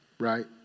right